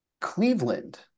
Cleveland